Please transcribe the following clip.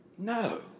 No